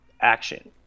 action